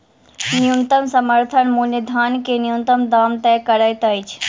न्यूनतम समर्थन मूल्य धान के न्यूनतम दाम तय करैत अछि